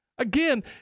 Again